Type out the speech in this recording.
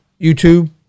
YouTube